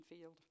field